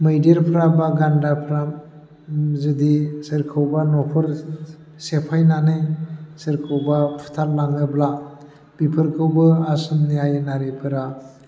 मैदेरफ्रा बा गान्दाफ्रा जुदि सोरखौबा न'खर सेफायनानै सोरखौबा फुथारलाङोब्ला बेफोरखौबो आसामनि आयेनारिफोरा